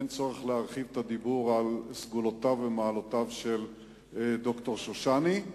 אין צורך להרחיב את הדיבור על סגולותיו ומעלותיו של ד"ר שושני.